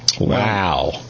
Wow